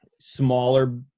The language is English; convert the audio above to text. smaller